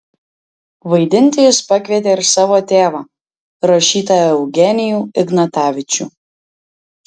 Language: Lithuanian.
vaidinti jis pakvietė ir savo tėvą rašytoją eugenijų ignatavičių